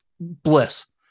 bliss